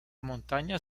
montaña